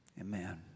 amen